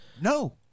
no